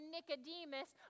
Nicodemus